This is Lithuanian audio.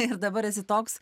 ir dabar esi toks